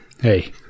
Hey